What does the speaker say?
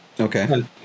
Okay